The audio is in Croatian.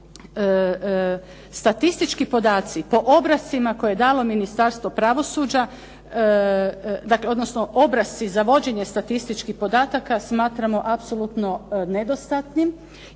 Statistički podaci po obrascima koje je dalo Ministarstvo pravosuđa, dakle odnosno obrasci za vođenje statističkih podataka smatramo apsolutno nedostatnim